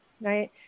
right